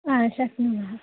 हा शक्नुमः